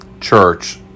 church